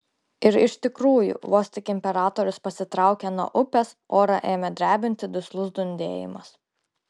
ir iš tikrųjų vos tik imperatorius pasitraukė nuo upės orą ėmė drebinti duslus dundėjimas